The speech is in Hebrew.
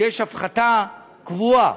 שיש הפחתה קבועה.